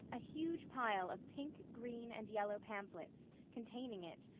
a huge pile of pink, green and yellow pamphlets, containing it,